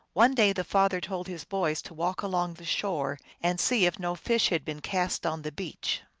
one day the father told his boys to walk along the shore and see if no fish had been cast on the beach.